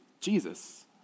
Jesus